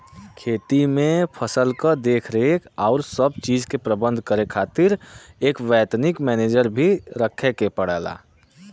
खेती में फसल क देखरेख आउर सब चीज के प्रबंध करे खातिर एक वैतनिक मनेजर भी रखे के पड़ला